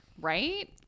Right